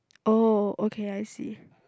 oh okay I see